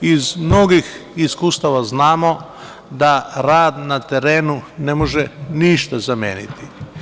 Iz mnogih iskustava znamo da rad na terenu ne može ništa zameniti.